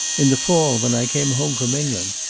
in the fall, when i came home from england.